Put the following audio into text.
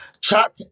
Chuck